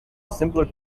simpler